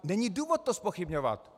Není důvod to zpochybňovat.